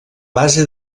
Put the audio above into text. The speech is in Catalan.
base